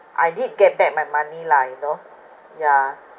I did get back my money lah you know yeah